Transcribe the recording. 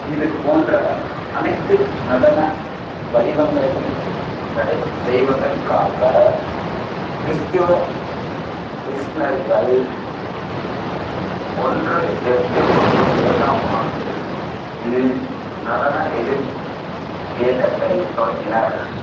இது போன்ற அனைத்து நடன வடிவங்களையும் தடை செய்வதற்காக கிறிஸ்துவ மிஷ்னரிகள் ஒன்று எட்டு ஒன்பது இரண்டாம் ஆண்டு இல் நடன எதிர்ப் இயக்கத்தைத் தொடங்கினர்